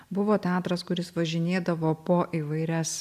buvo teatras kuris važinėdavo po įvairias